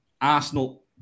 Arsenal